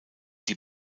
die